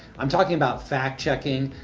i'm talking about fact checking,